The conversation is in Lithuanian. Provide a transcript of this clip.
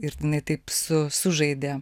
ir jinai taip su sužaidė